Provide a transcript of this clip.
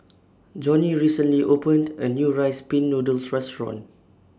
Jonnie recently opened A New Rice Pin Noodles Restaurant